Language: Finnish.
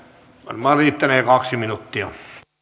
varmaan riittänee kaksi minuuttia arvoisa